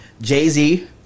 jay-z